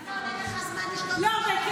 עכשיו יהיה לך זמן, אני חייבת להגיד לך משהו.